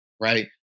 Right